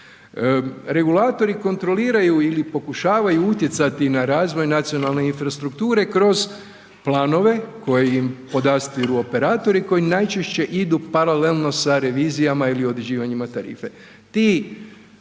Regulatori kontroliraju ili pokušavaju utjecati na razvoj nacionalne infrastrukture kroz planove koje im podastiru operatori koji najčešće idu paralelno sa revizijama ili određivanjima tarife.